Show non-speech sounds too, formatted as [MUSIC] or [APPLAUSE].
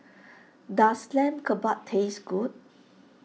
[NOISE] does Lamb Kebabs taste good